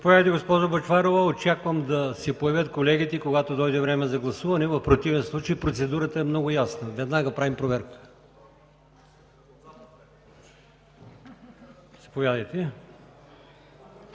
за второ четене. Очаквам да се появят колегите, когато дойде време за гласуване. В противен случай процедурата е много ясна – веднага правим проверка. Заповядайте!